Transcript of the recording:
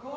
på